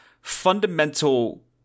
fundamental